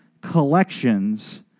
collections